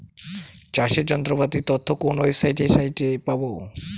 চাষের যন্ত্রপাতির তথ্য কোন ওয়েবসাইট সাইটে পাব?